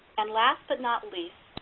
and last but not least,